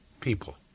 people